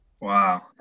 Wow